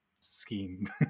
scheme